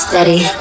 Steady